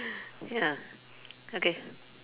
ya okay